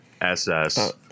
SS